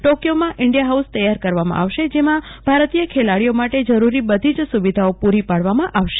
ટોક્વોમાં India house તૈયાર કરવામાં આવશે જેમા ભારતીય ખેલાડીઓ માટે જરૂરી બધી જ સુવીધાઓ પુરી પાડવામા આવશે